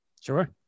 Sure